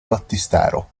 battistero